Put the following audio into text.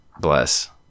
Bless